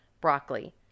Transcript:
broccoli